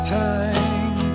time